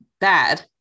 bad